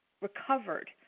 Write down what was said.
recovered